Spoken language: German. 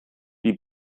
die